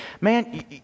Man